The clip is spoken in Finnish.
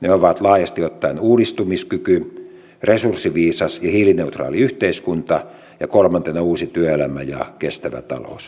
ne ovat laajasti ottaen uudistumiskyky resurssiviisas ja hiilineutraali yhteiskunta ja kolmantena uusi työelämä ja kestävä talous